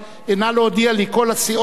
כל הסיעות,